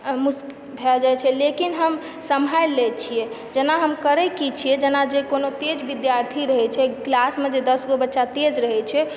मुश्किल भए जाइ छै लेकिन हम संभालि लय छियै जेना हम करय की छियै जेना जे कोनो तेज विद्यार्थी रहय छै क्लासमे जे दश गो बच्चा तेज रहय छै